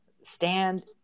stand